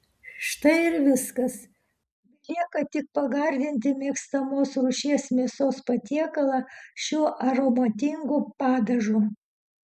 štai ir viskas belieka tik pagardinti mėgstamos rūšies mėsos patiekalą šiuo aromatingu padažu